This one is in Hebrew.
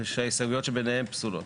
ההסתייגויות שביניהן פסולות.